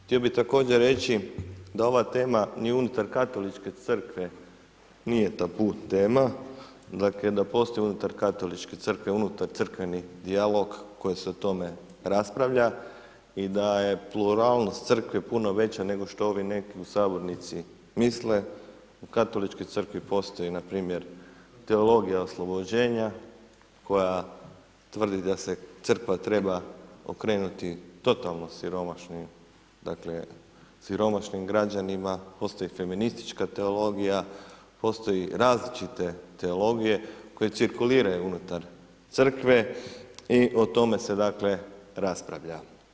Htio bi također reći, da ova tema ni unutar Katoličke crkve nije tabu tema, dakle, da postoji unutar Katoličke crkve, unutar crkveni dijalog koji se o tome raspravlja i da je pluralnost crkve puno veća nego što ovi neki u sabornici misle, u Katoličkoj crkvi postoji npr. teologija oslobođenja, koja tvrdi da se crkva treba okrenuti totalno siromašnim dakle, siromašnim građanima, postoji i feministička teologija, postoji različite teologije, koje cirkuliraju unutar Crkve i o tome se dakle, raspravlja.